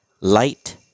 Light